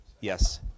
Yes